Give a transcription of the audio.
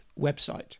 website